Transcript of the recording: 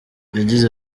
yagize